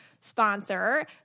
sponsor